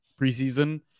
preseason